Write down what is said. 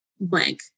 blank